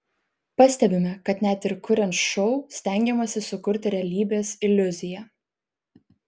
pastebime kad net ir kuriant šou stengiamasi sukurti realybės iliuziją